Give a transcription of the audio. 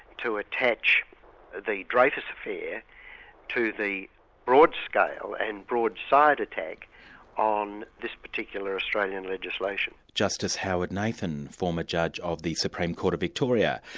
to attach the dreyfus affair to the broadscale and broadside attack on this particular australian legislation. justice howard nathan, former judge of the supreme court of victoria.